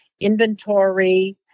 inventory